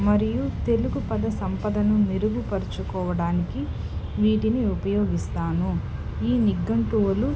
మరియు తెలుగు పద సంపదను మెరుగుపరుచుకోవడానికి వీటిని ఉపయోగిస్తాను ఈ నిఘంటువులు